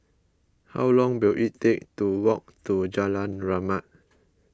how long will it take to walk to Jalan Rahmat